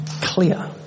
clear